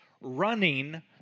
running